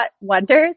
Wonders